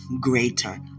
greater